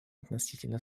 относительно